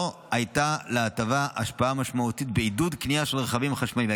לא הייתה להטבה השפעה משמעותית בעידוד קנייה של רכבים חשמליים,